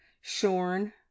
shorn